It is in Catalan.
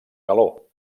galó